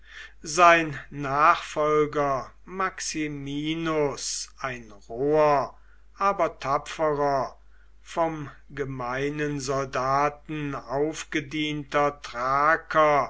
sein nachfolger maximinus ein roher aber tapferer vom gemeinen soldaten aufgedienter thraker